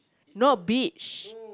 not beach